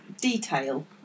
detail